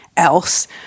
Else